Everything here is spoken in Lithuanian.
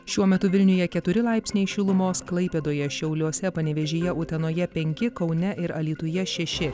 šiuo metu vilniuje keturi laipsniai šilumos klaipėdoje šiauliuose panevėžyje utenoje penki kaune ir alytuje šeši